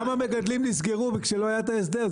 כמה מגדלים נסגרו כשלא היה את ההסדר?